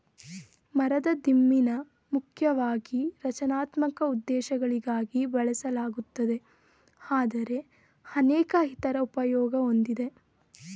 ಮರದ ದಿಮ್ಮಿನ ಮುಖ್ಯವಾಗಿ ರಚನಾತ್ಮಕ ಉದ್ದೇಶಗಳಿಗಾಗಿ ಬಳಸಲಾಗುತ್ತದೆ ಆದರೆ ಅನೇಕ ಇತರ ಉಪಯೋಗ ಹೊಂದಿದೆ